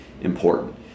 important